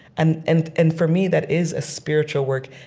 and and and for me, that is a spiritual work.